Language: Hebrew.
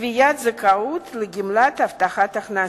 קביעת זכאות לגמלת הבטחת הכנסה.